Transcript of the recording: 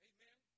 Amen